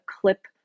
clip